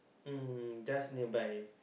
um just near by